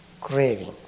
craving